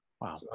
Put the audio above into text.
Wow